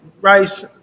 rice